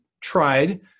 tried